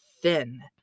thin